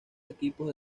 equipos